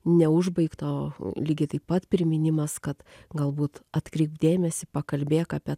neužbaigto lygiai taip pat priminimas kad galbūt atkreipk dėmesį pakalbėk apie